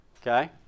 okay